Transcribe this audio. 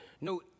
no